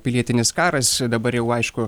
pilietinis karas dabar jau aišku